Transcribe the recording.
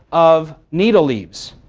of needle leaves.